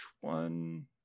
one